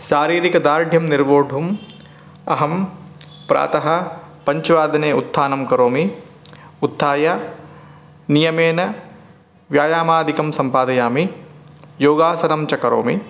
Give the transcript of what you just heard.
शारीरिकदार्ढ्यं निर्वोढुम् अहं प्रातः पञ्चवादने उत्थानं करोमि उत्थाय नियमेन व्यायामादिकं सम्पादयामि योगासनं च करोमि